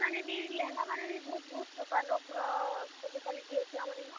ମାନେ ବି ଲେହେଙ୍ଗାମାନେ ବି ବହୁତ୍ ବହୁତ୍ ପ୍ରକାରର ପୁରା ସବୁ କ୍ଵାଲିଟି ଅଛେ ଆମର୍ ଇନ